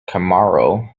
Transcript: chamorro